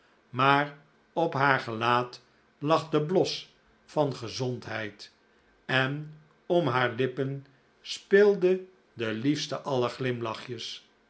maar op haar gelaat lag de bios van gezondheid en om haar lippen speelde de liefste aller glimlachjes